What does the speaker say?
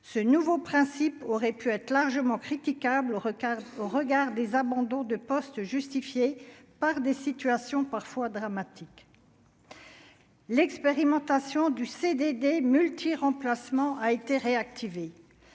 ce nouveau principe aurait pu être largement critiquable requins au regard des abandons de poste justifiée par des situations parfois dramatiques. L'expérimentation du CDD multi-remplacement a été réactivé,